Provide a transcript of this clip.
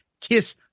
kiss